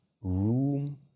room